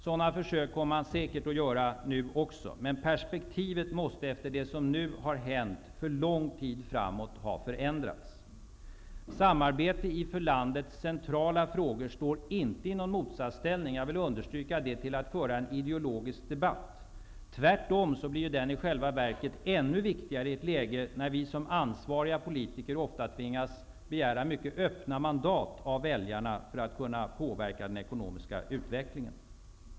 Sådana försök kommer man säkert att göra nu också. Men perspektivet måste efter det som nu har hänt för lång tid framåt ha förändrats. Samarbete i för landet centrala frågor står inte i motsatsställning -- jag vill understryka det -- till att en ideologisk debatt förs. Tvärtom blir denna i själva verket ännu viktigare i ett läge, där vi som ansvariga politiker ofta tvingas begära mycket öppna mandat av väljarna för att kunna påverka den ekonomiska utvecklingen.